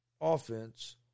offense